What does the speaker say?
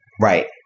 Right